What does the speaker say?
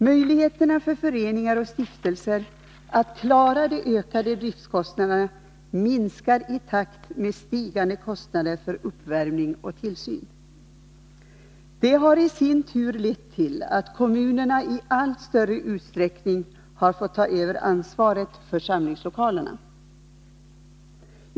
Möjligheterna för föreningar och stiftelser att klara de ökade driftkostnaderna minskar i takt med stigande kostnader för uppvärmning och tillsyn. Det har i sin tur lett till att kommunerna i allt större utsträckning har fått överta ansvaret för samlingslokalerna.